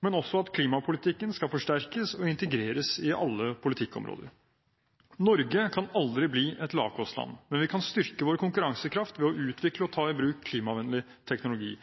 men også at klimapolitikken skal forsterkes og integreres i alle politikkområder. Norge kan aldri bli et lavkostland, men vi kan styrke vår konkurransekraft ved å utvikle og ta i bruk klimavennlig teknologi.